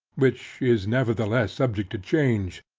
which, is nevertheless subject to change,